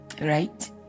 right